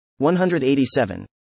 187